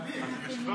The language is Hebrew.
אביר,